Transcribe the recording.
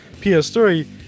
PS3